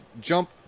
jump